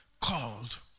called